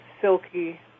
silky